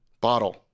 Bottle